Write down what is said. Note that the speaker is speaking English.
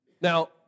Now